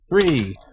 Three